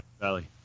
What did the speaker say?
Valley